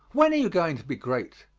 when are you going to be great?